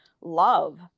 love